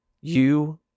you